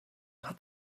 hat